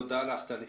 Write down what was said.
תודה לך, טלי.